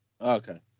Okay